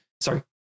Sorry